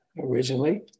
originally